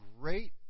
great